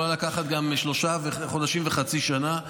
יכולה לקחת גם שלושה חודשים וחצי שנה.